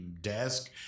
Desk